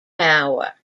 power